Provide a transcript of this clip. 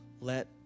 let